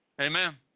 Amen